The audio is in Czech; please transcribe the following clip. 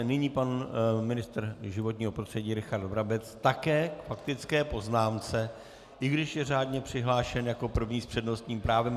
Nyní pan ministr životního prostředí Richard Brabec také k faktické poznámce, i když je řádně přihlášen jako první s přednostním právem.